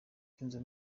kenzo